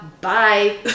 bye